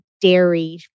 dairy